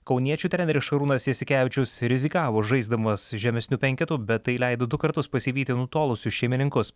kauniečių treneris šarūnas jasikevičius rizikavo žaisdamas žemesniu penketu bet tai leido du kartus pasivyti nutolusius šeimininkus